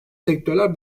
sektörler